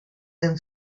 them